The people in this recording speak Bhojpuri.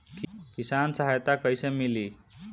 किसान सहायता कईसे मिली?